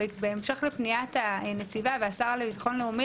בהמשך לפניית הנציבה והשר לביטחון לאומי,